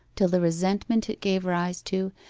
till the resentment it gave rise to,